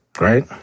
right